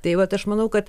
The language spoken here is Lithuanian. tai vat aš manau kad